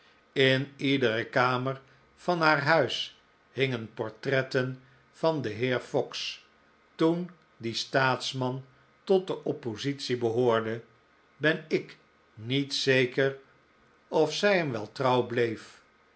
in iedere kamer van haar huis hingen portretten van den heer fox toen die staatsman tot de oppositie behoorde ben ik niet zeker of zij hem wel trouw bleef